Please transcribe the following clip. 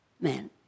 man